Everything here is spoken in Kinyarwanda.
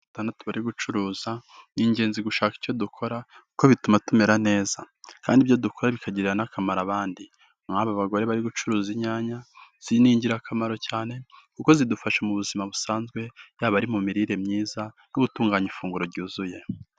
Batandatu bari gucuruza, ni ingenzi gushaka icyo dukora kuko bituma tumera neza kandi ibyo dukora bikagirira akamaro abandi, nk'aba bagore bari gucuruza inyanya, n'ingirakamaro cyane kuko zidufasha mu buzima busanzwe yaba ari mu mirire myiza no gutunganya ifunguro ryuzuye.